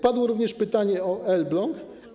Padło również pytanie o Elbląg.